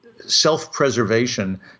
self-preservation